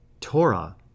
Torah